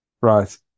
Right